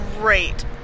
Great